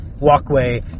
walkway